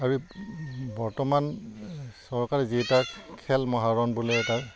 আৰু বৰ্তমান চৰকাৰে যি এটা খেল মহাৰণ বুলি এটা